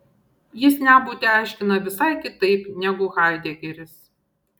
jis nebūtį aiškina visai kitaip negu haidegeris